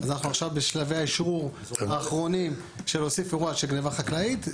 אז אנחנו עכשיו בשלבי האשרור האחרונים של להוסיף אירוע של גניבה חקלאית.